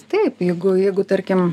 taip jeigu jeigu tarkim